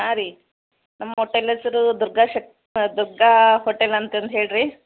ಹಾಂ ರೀ ನಮ್ಮ ಹೋಟೆಲ್ ಹೆಸ್ರು ದುರ್ಗಾ ಶಟ್ ದುರ್ಗಾ ಹೋಟೆಲ್ ಅಂತದು ಹೇಳ್ರಿ